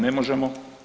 Ne možemo.